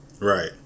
right